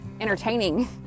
entertaining